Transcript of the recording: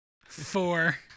Four